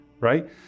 right